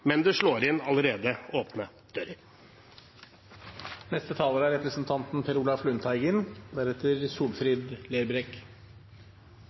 men det slår inn allerede åpne dører.